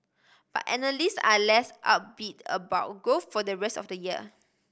but analysts are less upbeat about growth for the rest of the year